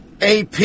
AP